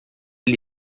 ele